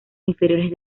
inferiores